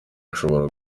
ashobora